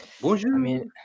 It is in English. Bonjour